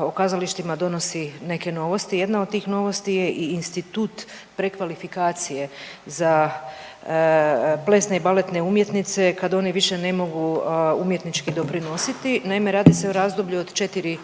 o kazalištima donosi neke novosti. Jedna od tih novosti je i institut prekvalifikacije za plesne i baletne umjetnice, kad oni više ne mogu umjetnički doprinositi, naime, radi se o razdoblju od 4